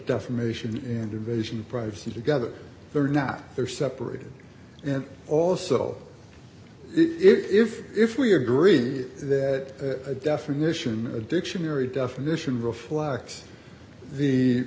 defamation and invasion of privacy together they're not they're separated and also if if we agreed that a definition a dictionary definition reflects the